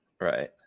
Right